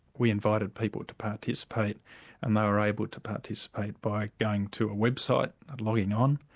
we invited people to participate and they were able to participate by going to a website and logging on,